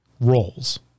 roles